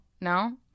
No